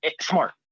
smart